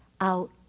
out